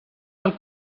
del